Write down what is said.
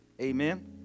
Amen